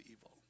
evil